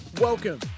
Welcome